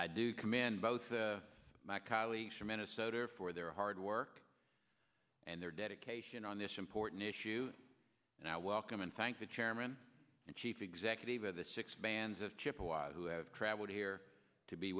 i do commend both my colleagues for minnesota for their hard work and their dedication on this important issue and i welcome and thank the chairman and chief executive of the six bands of chippewa who have traveled here to be